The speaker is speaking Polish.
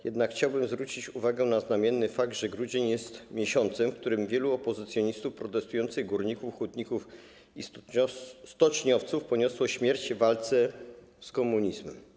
Jednak chciałbym zwrócić uwagę na znamienny fakt, że grudzień jest miesiącem, w którym wielu opozycjonistów, protestujących, górników, hutników i stoczniowców poniosło śmierć w walce z komunizmem.